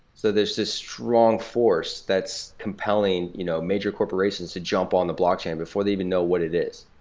so there's this strong force that's compelling you know major corporations to jump on the blockchain before they even know what it is.